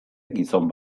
gizon